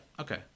Okay